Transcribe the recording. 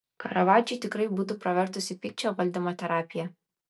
karavadžui tikrai būtų pravertusi pykčio valdymo terapija